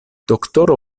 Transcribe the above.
doktoro